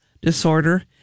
disorder